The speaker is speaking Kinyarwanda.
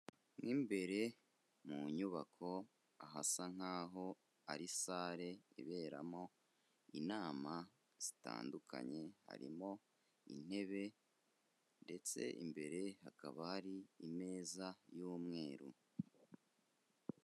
Mo imbere mu nyubako ahasa nkaho ari sale iberamo inama zitandukanye, harimo intebe ndetse imbere hakaba hari imeza y'umweru.